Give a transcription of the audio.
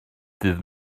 dydd